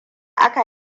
aka